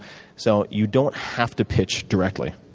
so you don't have to pitch directly.